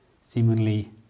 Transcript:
seemingly